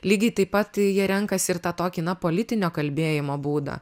lygiai taip pat jie renkasi ir tą tokį na politinio kalbėjimo būdą